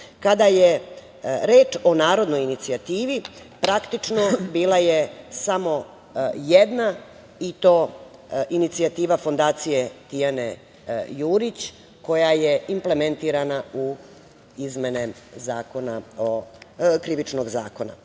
je reč o narodnoj inicijativi, praktično bila je samo jedna i to inicijativa Fondacije „Tijana Jurić“, koja je implementirana u izmene Krivičnog zakona. Na